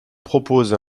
propose